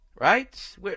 Right